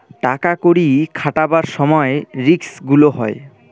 টাকা কড়ি খাটাবার সময় রিস্ক গুলো হয়